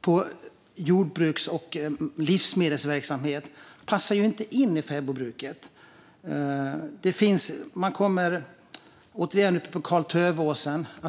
på jordbruks och livsmedelsverksamhet passar inte in i fäbodbruket. Jag kan ta Karl-Tövåsens fäbod som exempel igen.